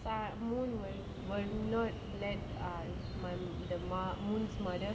but moon will will not let ah my the mot~ moon's mother